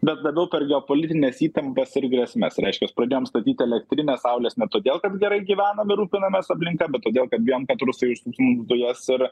bet daugiau per geopolitines įtampas ir grėsmes reiškias pradėjom statyti elektrinę saulės ne todėl kad gerai gyvenam ir rūpinamės aplinka bet todėl kad bijom kad rusai užsuks mum dujas ir